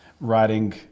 writing